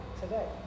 Today